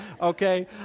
Okay